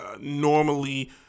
Normally